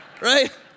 Right